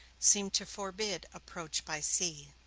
seemed to forbid approach by sea.